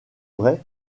vrai